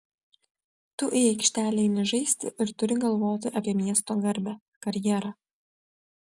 tu į aikštelę eini žaisti ir turi galvoti apie miesto garbę karjerą